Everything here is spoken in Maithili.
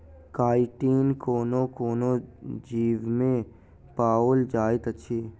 काइटिन कोनो कोनो जीवमे पाओल जाइत अछि